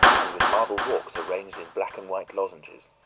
and with marble walks arranged in black and white lozenges.